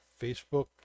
facebook